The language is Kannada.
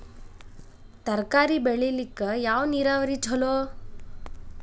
ತರಕಾರಿ ಬೆಳಿಲಿಕ್ಕ ಯಾವ ನೇರಾವರಿ ಛಲೋ?